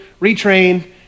retrain